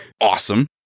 Awesome